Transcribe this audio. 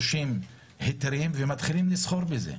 30 היתרים ומתחילים לסחור בזה.